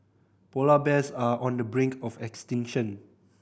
polar bears are on the brink of extinction